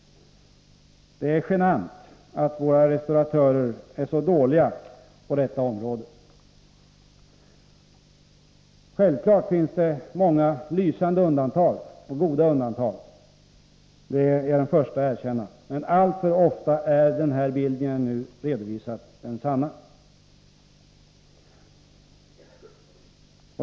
Det är genant att våra restauratörer är så dåliga på detta område. Självfallet finns det många goda undantag — det är jag den förste att erkänna — men alltför ofta är den bild jag nu redovisat den sanna.